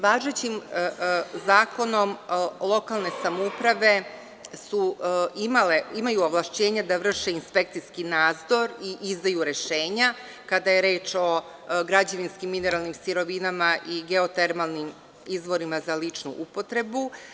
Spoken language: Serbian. Važećim zakonom, lokalne samouprave imaju ovlašćenja da vrše inspekcijski nadzor i izdaju rešenja kada je reč o građevinskim, mineralnim sirovinama i geotermalnim izvorima za ličnu upotrebu.